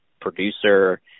producer